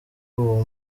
uwo